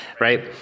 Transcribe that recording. right